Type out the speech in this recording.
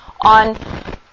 on